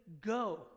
Go